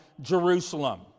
Jerusalem